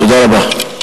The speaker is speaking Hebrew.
תודה רבה.